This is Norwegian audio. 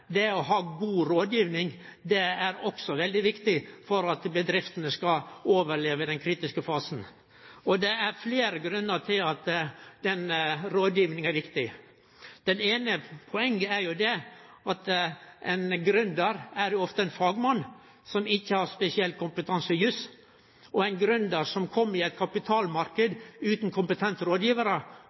Det å ha god rådgiving er også veldig viktig for at bedriftene skal overleve den kritiske fasen. Det er fleire grunnar til at rådgiving er viktig. Det eine poenget er at ein gründer ofte er ein fagmann som ikkje har spesiell kompetanse i jus. Ein gründer som kjem inn i ein kapitalmarknad utan kompetente rådgivarar, kan veldig ofte bli overkøyrd av dei som sit på risikovillig kapital, og